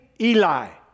Eli